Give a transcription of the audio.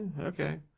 okay